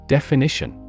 Definition